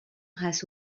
race